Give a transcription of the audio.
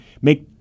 make